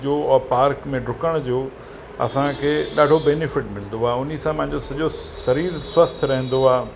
जो उहो पार्क में डुकण जो असांखे ॾाढो बेनीफिट मिलंदो आहे उन सां मुंहिंजो सॼो शरीरु स्वस्थ रहंदो आहे